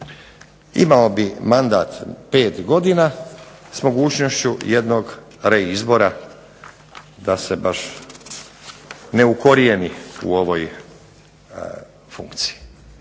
Imao bi mandat 5 godina s mogućnošću jednog reizbora da se baš ne ukorijeni u ovoj funkciji.